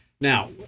now